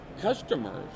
customers